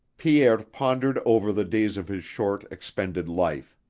pierre pondered over the days of his short, expended life.